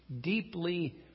deeply